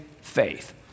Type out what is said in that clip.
faith